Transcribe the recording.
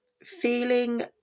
feeling